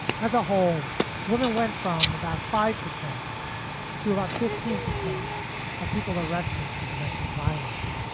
as a whole woman went from about five percent to about fifteen percent of people arrested for domestic violence,